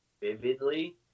vividly